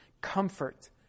comfort